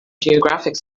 geographic